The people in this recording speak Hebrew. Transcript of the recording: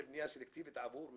אחד, אחד.